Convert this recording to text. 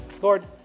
Lord